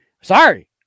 sorry